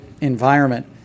environment